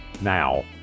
now